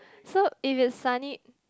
so if it's sunny